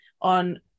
on